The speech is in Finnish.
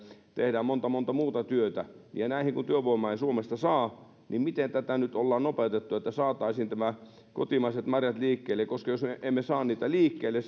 tehdään monta monta muuta työtä näihin kun ei työvoimaa suomesta saa miten tätä nyt ollaan nopeutettu että saataisiin nämä kotimaiset marjat liikkeelle koska jos me emme saa niitä liikkeelle